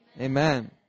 Amen